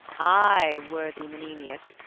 ay, worthy menenius,